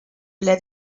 ple